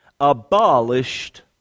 abolished